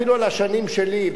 אפילו על השנים שלי,